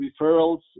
referrals